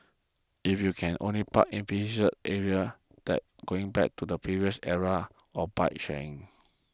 if you can only park in area then going back to the previous era of bike sharing